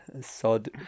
Sod